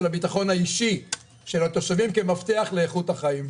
הביטחון האישי של התושבים כמפתח לאיכות החיים.